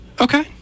Okay